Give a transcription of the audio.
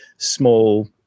small